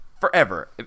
forever